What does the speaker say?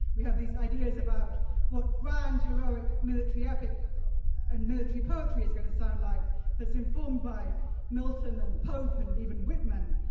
we have these ideas about what grand heroic military epic and military poetry is going to sound like that's informed by milton and pope and even whitman.